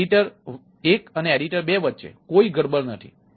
તેથી એડિટર 1 અને એડિટર 2 વચ્ચે કોઈ ગડબડ નથી